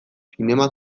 zinema